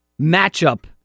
matchup